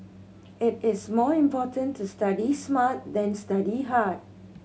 it is more important to study smart than study hard